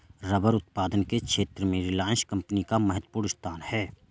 rubber उत्पादन के क्षेत्र में रिलायंस कम्पनी का महत्त्वपूर्ण स्थान है